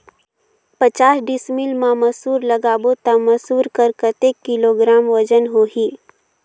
पचास डिसमिल मा मसुर लगाबो ता मसुर कर कतेक किलोग्राम वजन होही?